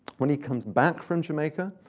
when he comes back from jamaica,